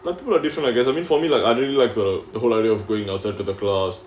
but people are different I guess I mean for me like I didn't like the the whole idea of going outside of the glass